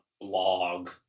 blog